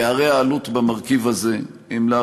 פערי העלות במרכיב הזה הם,